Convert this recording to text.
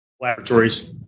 laboratories